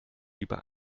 über